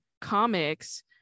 comics